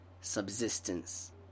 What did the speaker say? subsistence